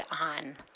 on